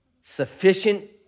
Sufficient